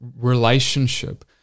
relationship